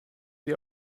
sie